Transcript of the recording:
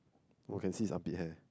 oh can see his armpit hair